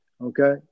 Okay